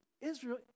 Israel